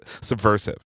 subversive